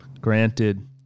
granted